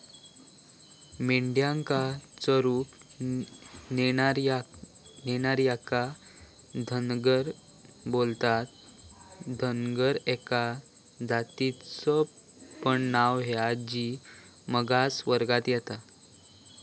मेंढ्यांका चरूक नेणार्यांका धनगर बोलतत, धनगर एका जातीचा पण नाव हा जी मागास वर्गात येता